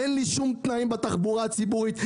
אין לי שום תנאים בתחבורה הציבורית.